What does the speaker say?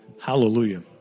hallelujah